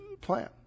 plan